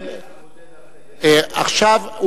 אתה מדבר על אני מדבר על,